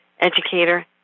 educator